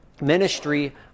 ministry